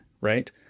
right